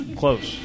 close